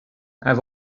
have